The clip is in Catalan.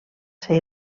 ser